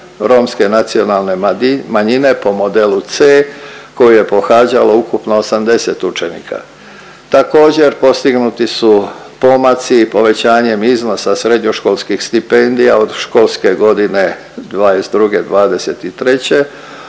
Romske nacionalne manjine po modelu C koju je pohađalo ukupno 80 učenika. Također postignuti su pomaci povećanjem iznosa srednjoškolskih stipendija od školske godine '22./'23.,